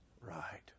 Right